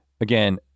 Again